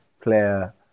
player